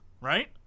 right